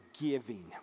giving